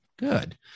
Good